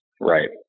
Right